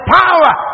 power